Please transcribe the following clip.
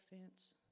fence